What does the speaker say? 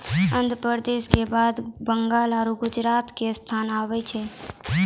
आन्ध्र प्रदेश के बाद बंगाल आरु गुजरात के स्थान आबै छै